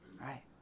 right